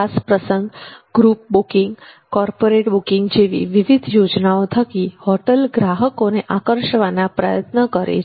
ખાસ પ્રસંગ group booking corporate booking જેવી વિવિધ યોજનાઓ થકી હોટલ ગ્રાહકોને આકર્ષવાના પ્રયત્નો કરે છે